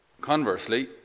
Conversely